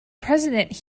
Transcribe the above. president